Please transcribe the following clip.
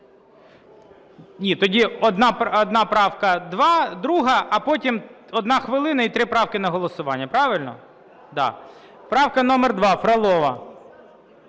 Ні, тоді одна правка - 2, а потім 1 хвилина - і три правки на голосування. Правильно? Правка номер 2 Фролова.